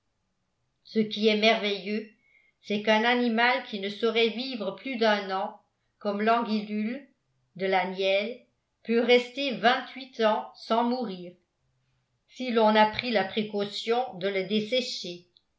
ce qui est merveilleux c'est qu'un animal qui ne saurait vivre plus d'un an comme l'anguillule de la nielle peut rester vingt-huit ans sans mourir si l'on a pris la précaution de le dessécher